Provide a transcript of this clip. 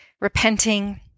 repenting